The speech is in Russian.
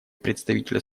представителя